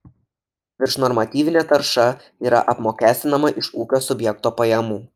viršnormatyvinė tarša yra apmokestinama iš ūkio subjekto pajamų